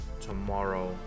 tomorrow